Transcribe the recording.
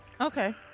Okay